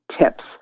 tips